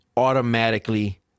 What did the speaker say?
Automatically